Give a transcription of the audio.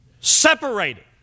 separated